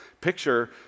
picture